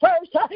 first